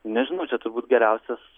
nežinau čia turbūt geriausias